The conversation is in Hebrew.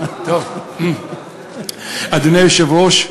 אדוני היושב-ראש,